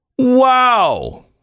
Wow